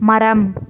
மரம்